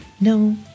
No